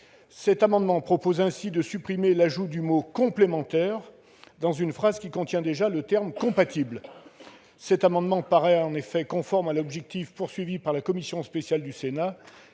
Il prévoit ainsi de supprimer l'ajout du mot « complémentaire » dans une phrase qui contient déjà le terme « compatible ». Il paraît en effet conforme à l'objectif recherché par la commission spéciale du Sénat,